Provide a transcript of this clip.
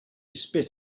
spit